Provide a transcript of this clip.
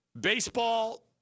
Baseball